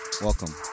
Welcome